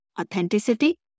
authenticity